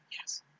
Yes